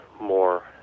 more